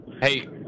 hey